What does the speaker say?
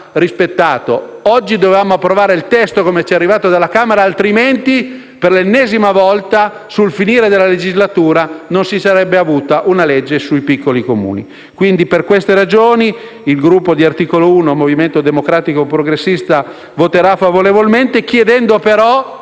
rispettato: dovevamo approvare il testo così come ci è arrivato dalla Camera altrimenti per l'ennesima volta, sul finire della legislatura, non si sarebbe avuta una legge sui piccoli Comuni. Quindi, per queste ragioni, il Gruppo di Articolo 1-Movimento Democratico e Progressista voterà a favore del provvedimento al